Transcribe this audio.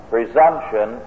Presumption